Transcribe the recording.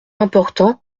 important